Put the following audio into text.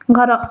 ଘର